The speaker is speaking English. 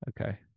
Okay